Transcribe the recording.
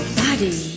body